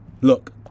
Look